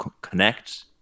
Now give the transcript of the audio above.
connect